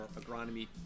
Agronomy